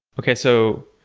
okay. so,